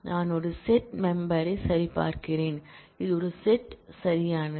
நான் ஒரு செட் மெம்பரை சரிபார்க்கிறேன் இது ஒரு செட் சரியானது